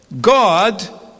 God